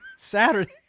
saturday